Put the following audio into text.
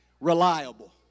reliable